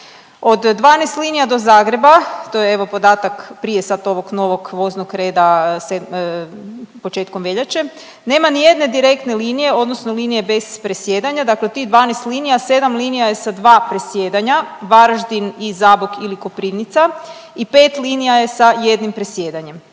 Od 12 linija do Zagreba, to je evo podatak prije sad ovog novog voznog reda početkom veljače, nema ni jedne direktne linije, odnosno linije bez presjedanja. Dakle, tih 12 linija, 7 linija je sa 2 presjedanja. Varaždin i Zabok ili Koprivnica i 5 linija je sa 1 presjedanjem.